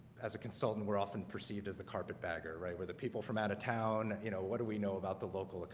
as a consultant we're often perceived as the carpetbagger right where the people from out of town you know, what do we know about the local,